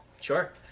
sure